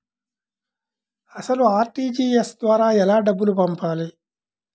అసలు అర్.టీ.జీ.ఎస్ ద్వారా ఎలా డబ్బులు పంపాలి?